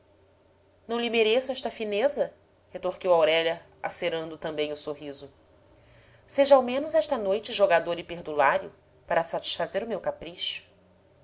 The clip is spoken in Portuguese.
não lhe mereço esta fineza retorquiu aurélia acerando também o sorriso seja ao menos esta noite jogador e perdulário para satisfazer o meu capricho